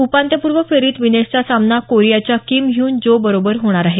उपान्त्यपूर्व फेरीत विनेशचा सामना कोरियाच्या किम ह्यून जो बरोबर होणार आहे